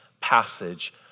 passage